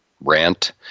rant